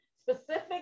specific